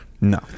No